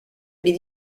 les